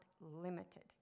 limited